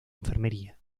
enfermería